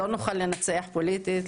לא נוכל לנצח פוליטית,